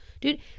dude